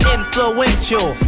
Influential